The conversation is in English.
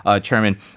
chairman